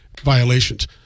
violations